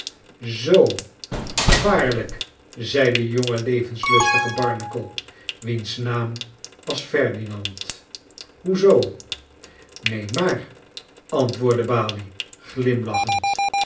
zoo waarlijkr zei de jonge levenslustige barnacle wiens naam was ferdinand hoe zoo keen maar antwoordde balie glimlachend